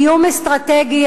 איום אסטרטגי,